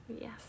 Yes